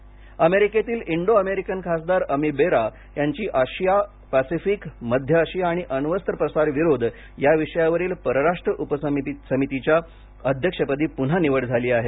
बेरा अमेरिकेतील Indo American खासदार अमी बेरा यांची आशिया पॅसिफिक मध्य आशिया आणि अण्वस्त्र प्रसार विरोध या विषयावरील परराष्ट्र उपसमितीच्या अध्यक्षपदी पुन्हा निवड झाली आहे